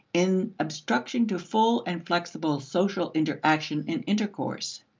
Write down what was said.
in obstruction to full and flexible social interaction and intercourse.